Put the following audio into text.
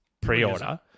pre-order